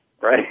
Right